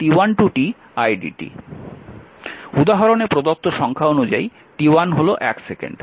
উদাহরণে প্রদত্ত সংখ্যা অনুযায়ী t1 হল এক সেকেন্ড